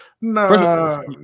No